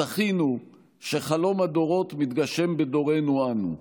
זכינו שחלום הדורות מתגשם בדורנו אנו.